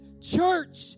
church